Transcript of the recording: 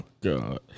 god